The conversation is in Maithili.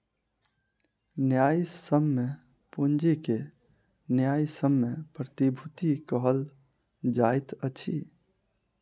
न्यायसम्य पूंजी के न्यायसम्य प्रतिभूति कहल जाइत अछि